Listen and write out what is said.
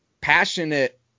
passionate